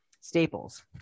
staples